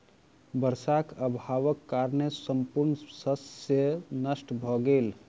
वर्षाक अभावक कारणेँ संपूर्ण शस्य नष्ट भ गेल